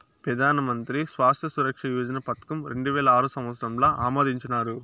పెదానమంత్రి స్వాస్త్య సురక్ష యోజన పదకం రెండువేల ఆరు సంవత్సరంల ఆమోదించినారు